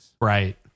Right